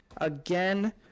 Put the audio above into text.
again